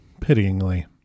pityingly